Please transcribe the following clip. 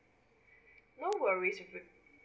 no worries with